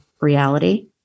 reality